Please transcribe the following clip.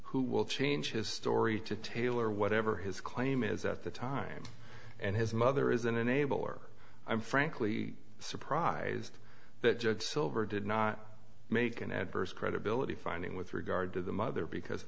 who will change his story to tailor whatever his claim is at the time and his mother is an enabler i'm frankly surprised that judge silver did not make an adverse credibility finding with regard to the mother because